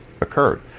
occurred